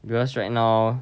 because right now